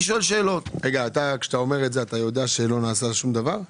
אתה יודע שלא נעשה דבר?